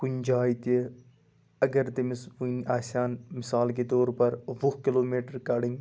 کُنہِ جایہِ تہِ اگر تٔمِس وٕنہِ آسہہِ ہن مِثال کے طور پَر وُہ کِلوٗ میٖٹَر کَڑٕنۍ